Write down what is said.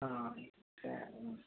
ஆ சரிங்க